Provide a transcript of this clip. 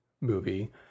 movie